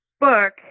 book